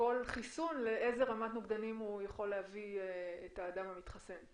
לגבי כל חיסון לאיזו רמת נוגדנים הוא יכול להביא את האדם המתחסן.